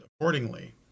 accordingly